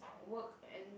work and